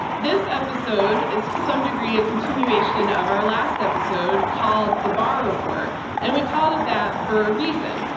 this episode is to some degree a continuation of our last episode called the barr report and we called it that for a reason.